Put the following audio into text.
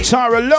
Tara